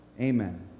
Amen